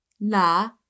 la